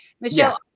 Michelle